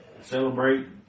celebrate